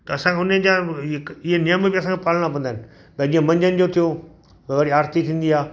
त असांखे हुनजा इअं इअं नियम बि असांखे पालिणा पवंदा आहिनि भई जीअं मंझिंदि जो थियो त वरी आरिती थींदी आहे